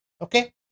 Okay